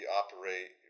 operate